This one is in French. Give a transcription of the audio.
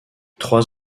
trois